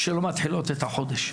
שלא מתחילות את החודש.